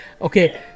Okay